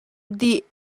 dih